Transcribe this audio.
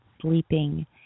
sleeping